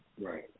Right